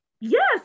yes